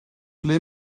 ble